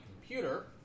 computer